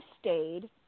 stayed